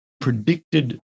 predicted